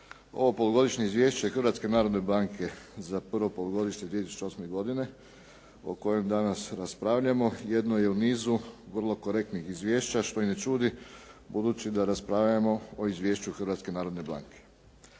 Ovo polugodišnje izvješće Hrvatske narodne banke za prvo polugodište 2008. godine o kojem danas raspravljamo jedno je u nizu vrlo korektnih izvješća što i ne čudi budući da raspravljamo o Izvješću Hrvatske narodne banke.